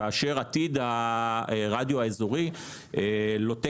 כאשר עתיד הרדיו האזורי לוטה,